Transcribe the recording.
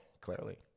clearly